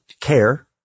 care